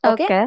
Okay